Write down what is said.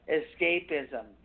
escapism